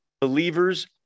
believers